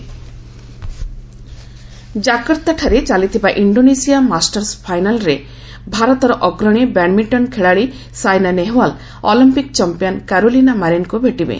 badminton Saina ଜାକର୍ତ୍ତାଠାରେ ଚାଲିଥିବା Indonesia masters ଫାଇନାଲରେ ଭାରତର ଅଗ୍ରଣୀ ବ୍ୟାଡମିଣ୍ଟନ ଖେଳାଳୀ ସାଇନା ନେହୱାଲ ଅଲିମ୍ପିକିଚାମ୍ପିୟନ କାରେଲିନା ମାରିନଙ୍କୁ ଭେଟିବେ